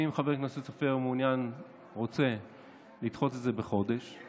אם חבר הכנסת סופר מעוניין או רוצה לדחות את זה בחודש,